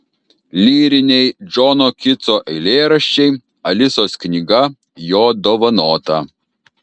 lyriniai džono kitso eilėraščiai alisos knyga jo dovanota